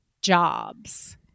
jobs